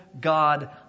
God